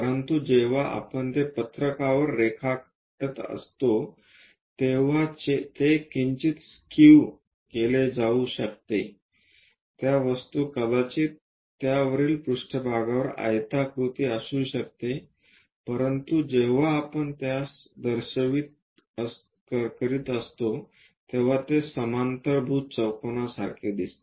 परंतु जेव्हा आपण ते पत्रकावर रेखाटत असता तेव्हा ते किंचित स्केव्ह केले जाऊ शकते त्या वस्तू कदाचित त्या वरील पृष्ठभागावर आयताकृती असू शकते परंतु जेव्हा आपण त्याचे दर्शवित करीत असतो तेव्हा ते समांतरभुज चौकोन सारखे दिसते